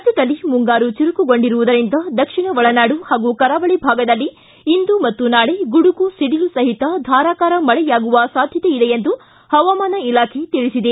ರಾಜ್ಯದಲ್ಲಿ ಮುಂಗಾರು ಚುರುಕುಗೊಂಡಿರುವುದರಿಂದ ದಕ್ಷಿಣ ಒಳನಾಡು ಪಾಗೂ ಕರಾವಳಿ ಭಾಗದಲ್ಲಿ ಇಂದು ಮತ್ತು ನಾಳೆ ಗುಡುಗು ಸಿಡಿಲು ಸಹಿತ ಧಾರಾಕಾರ ಮಳೆಯಾಗುವ ಸಾಧ್ಜತೆ ಇದೆ ಎಂದು ಪವಾಮಾನ ಇಲಾಖೆ ತಿಳಿಸಿದೆ